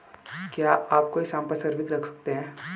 क्या आप कोई संपार्श्विक रख सकते हैं?